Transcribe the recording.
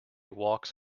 walks